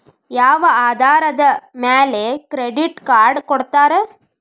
ಯಾವ ಆಧಾರದ ಮ್ಯಾಲೆ ಕ್ರೆಡಿಟ್ ಕಾರ್ಡ್ ಕೊಡ್ತಾರ?